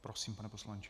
Prosím, pane poslanče.